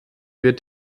wird